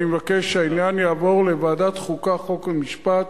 אני מבקש שהעניין יעבור לוועדת חוקה, חוק ומשפט,